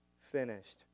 finished